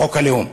חוק הלאום.